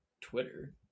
Twitter